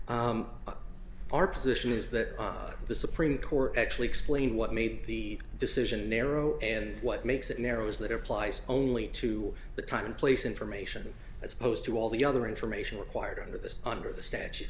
our position is that the supreme court actually explain what made the decision narrow and what makes it narrows that applies only to the time and place information as opposed to all the other information required under this under the